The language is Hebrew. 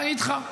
אני איתך.